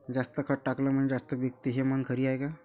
जास्त खत टाकलं म्हनजे जास्त पिकते हे म्हन खरी हाये का?